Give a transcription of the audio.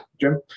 Jim